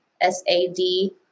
S-A-D